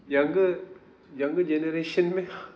younger younger generation meh